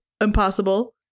impossible